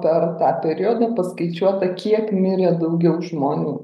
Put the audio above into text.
per tą periodą paskaičiuota kiek mirė daugiau žmonių